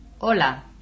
Hola